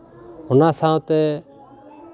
ᱚᱱᱟ ᱥᱟᱶᱛᱮ